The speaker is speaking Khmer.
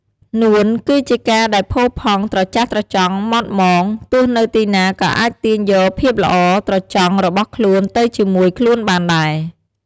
នួន គឺជាការដែលផូរផង់ ត្រចះត្រចង់ ហ្មត់ហ្មង។ ទោះនៅទីណាក៏អាចទាញយកភាពល្អត្រចង់របស់ខ្លួនទៅជាមួយខ្លួនបានដែរ។